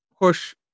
push